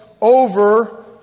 over